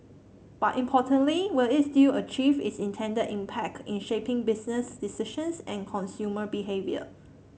but importantly will it still achieve its intended impact in shaping business decisions and consumer behaviour